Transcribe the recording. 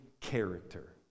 character